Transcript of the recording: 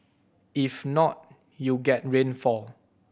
if not you get rainfall